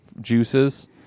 juices